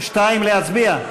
2, להצביע?